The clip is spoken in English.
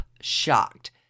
shocked